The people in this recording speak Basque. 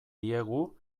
diegu